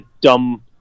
dumb